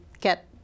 get